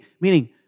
meaning